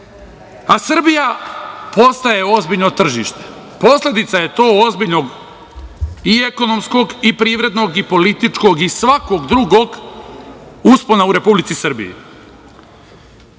a Srbija postaje ozbiljno tržište. Posledica je to ozbiljnog i ekonomskog i privrednog i političkog i svakog drugog uspona u Republici Srbiji.